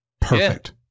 perfect